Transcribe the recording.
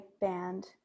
band